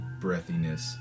breathiness